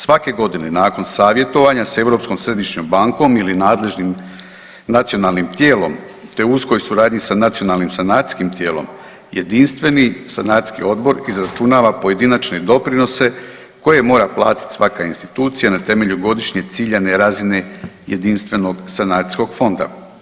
Svake godine nakon savjetovanja sa Europskom središnjom bankom ili nadležnim nacionalnim tijelom, te u uskoj suradnji sa nacionalnim sanacijskim tijelom jedinstveni sanacijski odbor izračunava pojedinačne doprinose koje mora platiti svaka institucija na temelju godišnje ciljane razine jedinstvenog sanacijskog fonda.